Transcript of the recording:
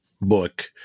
book